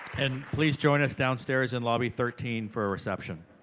and please join us downstairs in lobby thirteen for a reception.